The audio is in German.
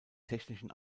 technischen